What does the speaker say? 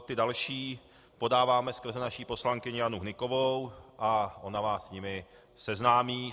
Ty další podáváme skrze naši poslankyni Janu Hnykovou a ona vás s nimi seznámí.